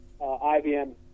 IBM